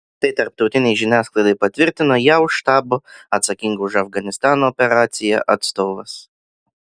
tai tarptautinei žiniasklaidai patvirtino jav štabo atsakingo už afganistano operaciją atstovas